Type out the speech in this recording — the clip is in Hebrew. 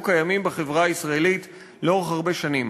קיימים בחברה הישראלית לאורך הרבה שנים.